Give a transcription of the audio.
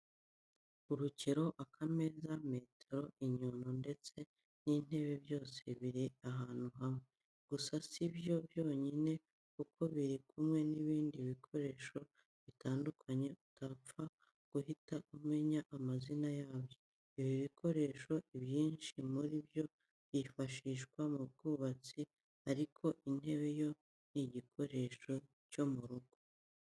Urukero, akameza, metero, inyundo ndetse n'intebe byose biri ahantu hamwe. Gusa si byo byonyine kuko biri kumwe n'ibindi bikoresho bitandukanye utapfa guhita umenya amazina yabyo. Ibi bikoresho ibyinshi muri byo byifashishwa mu bwubutsi ariko intebe yo ni n'igikoresho cyo mu rugo.